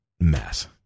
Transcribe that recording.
mess